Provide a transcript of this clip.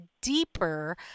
deeper